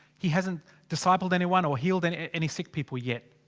he hasn't discipled anyone or healed and any sick people yet.